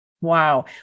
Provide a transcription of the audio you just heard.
Wow